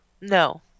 No